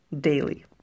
daily